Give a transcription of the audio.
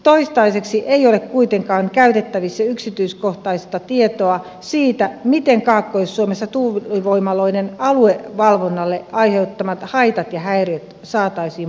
toistaiseksi ei ole kuitenkaan käytettävissä yksityiskohtaista tietoa siitä miten kaakkois suomessa tuulivoimaloiden aluevalvonnalle aiheuttamat haitat ja häiriöt saataisiin poistettua